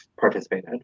participated